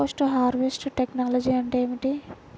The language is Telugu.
పోస్ట్ హార్వెస్ట్ టెక్నాలజీ అంటే ఏమిటి?